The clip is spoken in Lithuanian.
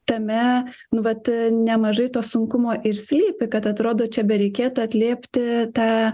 tame nu vat nemažai to sunkumo ir slypi kad atrodo čia bereikėtų atliepti tą